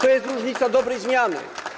To jest różnica dobrej zmiany.